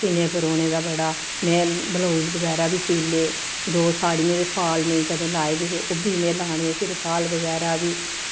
सीह्ने परोने दा बड़ा में ब्लाउज बगैरा बी सीऽ लै जो साड़ियें दे फॉल नेईं कदें लाए दे हे ओह्बी में लाने फिर फॉल बगैरा बी